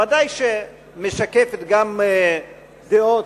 בוודאי שמשקפת גם דעות,